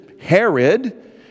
Herod